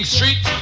Street